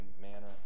manner